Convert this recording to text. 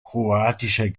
kroatischer